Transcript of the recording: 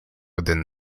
within